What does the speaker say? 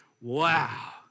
Wow